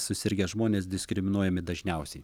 susirgę žmonės diskriminuojami dažniausiai